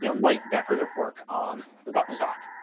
you know light decorative work on the butt-stock.